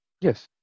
Yes